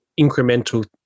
incremental